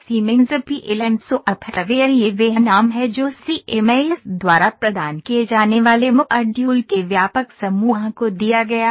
siemens PLM software यह वह नाम है जो सीएमएस द्वारा प्रदान किए जाने वाले मॉड्यूल के व्यापक समूह को दिया गया है